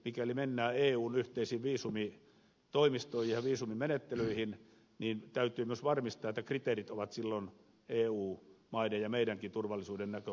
mikäli mennään eun yhteisiin viisumitoimintoihin ja viisumimenettelyihin niin täytyy myös varmistaa että kriteerit ovat silloin eu maiden ja meidänkin turvallisuuden näkökohdista kunnossa